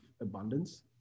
abundance